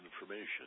information